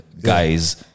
guys